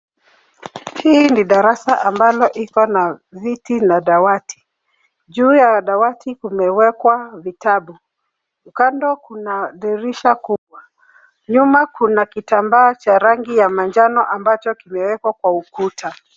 Hii ni darasa ambalo iko na viti na dawati. Juu ya dawati kumewekwa vitabu. Kando kuna dirisha kubwa. Nyuma kuna kitambaa cha rangi ya manjano ambacho kimewekwa kwa ukuta.